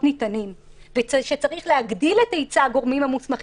ניתנים ושצריך להגדיל את היצע הגורמים המוסמכים.